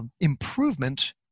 improvement